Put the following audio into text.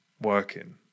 working